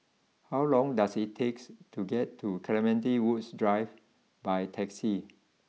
how long does it takes to get to Clementi Woods Drive by taxi